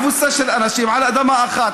קבוצה של אנשים על אדמה אחת,